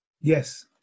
Yes